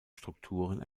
strukturen